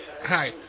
Hi